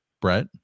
Brett